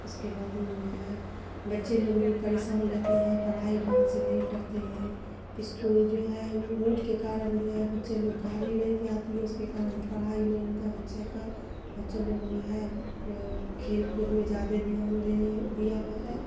اس کے بعد میں جو ہے بچے لوگ بھی پریشان رہتے ہیں پڑھائی ڈھنگ سے نہیں کرتے ہیں اسکول جو ہے روڈ کے کارن جو ہے بچے لوگ گاڑی نہیں جاتی اس کے کارن پڑھائی نہیں ہوتا بچہ کا بچے لوگ جو ہے کھیل کود میں زیادہ دھیان دے دیا ہوا ہے